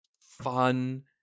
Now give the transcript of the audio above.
fun